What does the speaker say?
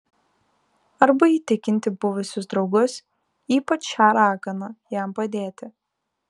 arba įtikinti buvusius draugus ypač šią raganą jam padėti